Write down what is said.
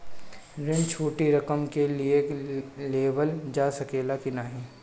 ऋण छोटी रकम के लिए लेवल जा सकेला की नाहीं?